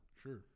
Sure